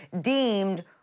deemed